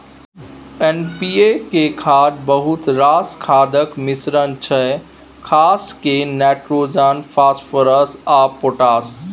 NPK खाद बहुत रास खादक मिश्रण छै खास कए नाइट्रोजन, फास्फोरस आ पोटाश